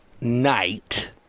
night